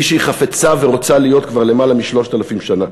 שהיא חפצה ורוצה להיות כבר יותר מ-3,000 שנה.